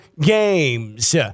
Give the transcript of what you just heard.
games